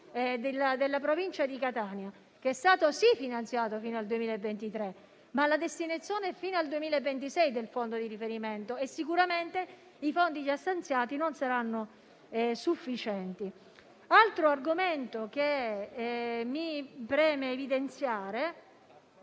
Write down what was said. nella provincia di Catania, che è stato, sì, finanziato fino al 2023, ma la destinazione del fondo di riferimento è fino al 2026 e i fondi già stanziati non saranno sicuramente sufficienti. Altro argomento che mi preme evidenziare